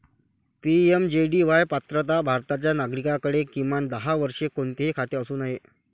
PMJDY पात्रता भारताच्या नागरिकाकडे, किमान दहा वर्षे, कोणतेही खाते असू नये